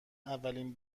اولین